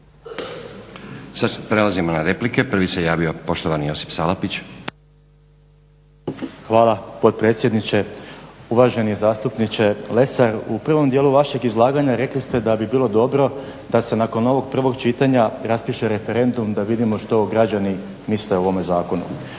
Sada prelazimo na replike. Prvi se javio poštovani Josip Salapić. **Salapić, Josip (HDSSB)** Hvala potpredsjedniče. Uvaženi zastupniče Lesar, u prvom dijelu vašeg izlaganja rekli ste da bi bilo dobro da se nakon ovog prvog čitanja raspiše referendum da vidimo što građani misle o ovome zakonu.